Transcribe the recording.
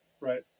Right